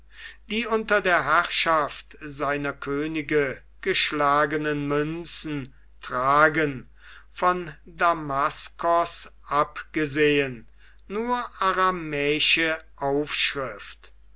die unter der herrschaft seiner könige geschlagenen münzen tragen von damaskos abgesehen nur aramäische aufschrift